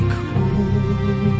cool